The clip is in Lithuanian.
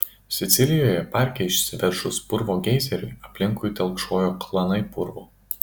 sicilijoje parke išsiveržus purvo geizeriui aplinkui telkšojo klanai purvo